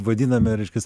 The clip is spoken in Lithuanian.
vadiname reiškias